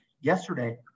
Yesterday